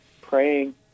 praying